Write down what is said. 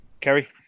Kerry